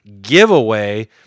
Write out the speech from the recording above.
giveaway